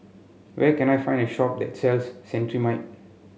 where can I find a shop that sells Cetrimide